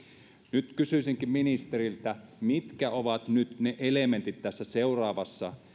nyt kysyisinkin ministeriltä mitkä ovat ne elementit tässä seuraavassa